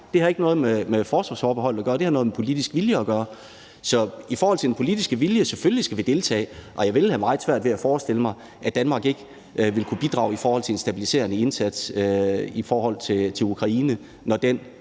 Det har ikke noget med forsvarsforbeholdet at gøre. Det har noget med politisk vilje at gøre. Så i forhold til den politiske vilje: Selvfølgelig skal vi deltage. Og jeg vil have meget svært ved at forestille mig, at Danmark ikke vil kunne bidrage til en stabiliserende indsats i Ukraine, når den